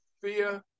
fear